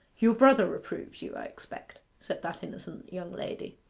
your brother reproves you, i expect said that innocent young lady.